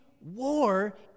war